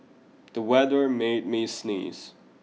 the weather made me sneeze